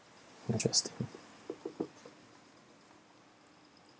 interesting